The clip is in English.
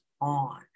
on